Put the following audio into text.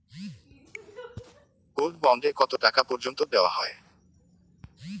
Gold bond এ কতো টাকা পর্যন্ত দেওয়া হয়?